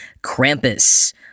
Krampus